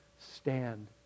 stand